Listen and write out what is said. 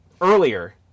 earlier